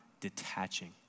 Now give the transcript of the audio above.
detaching